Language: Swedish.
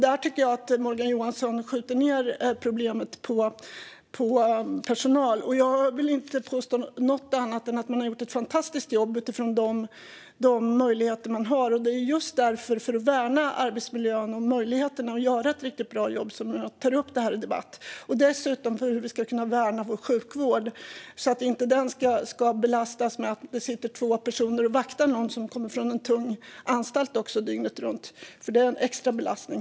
Där tycker jag att Morgan Johansson skjuter ned problemet på personalen. Jag vill inte påstå något annat än att man har gjort ett fantastiskt jobb utifrån de möjligheter man haft. Det är just därför - för att värna arbetsmiljön och möjligheterna att göra ett riktigt bra jobb - som jag tar upp detta till debatt. Det handlar dessutom om hur vi ska kunna värna vår sjukvård så att den inte ska belastas med att det dygnet runt sitter två personer och vaktar någon som kommer från en tung anstalt, för det är en extra belastning.